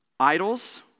Idols